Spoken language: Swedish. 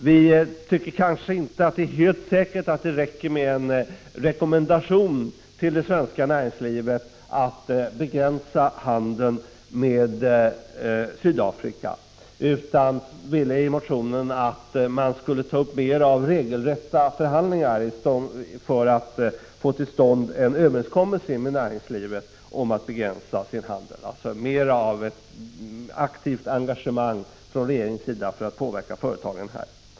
Vi tycker inte att det är helt säkert att det räcker med en rekommendation till det svenska näringslivet att begränsa sin handel med Sydafrika, utan vi ville i motionen att man skulle ta upp regelrätta förhandlingar för att få till stånd en överenskommelse med näringslivet om att begränsa handeln — alltså mera av ett aktivt engagemang från regeringens sida för att påverka företagen.